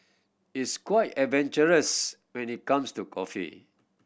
it's quite adventurous when it comes to coffee